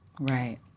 Right